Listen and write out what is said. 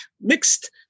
mixed